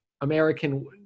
American